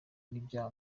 n’ibya